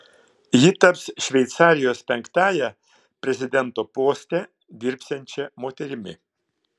ji taps šveicarijos penktąja prezidento poste dirbsiančia moterimi